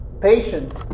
patience